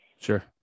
Sure